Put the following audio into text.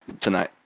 tonight